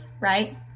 right